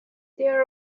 there